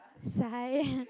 sigh